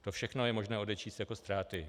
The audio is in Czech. To všechno je možné odečíst jako ztráty.